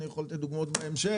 אני יכול לתת דוגמאות בהמשך,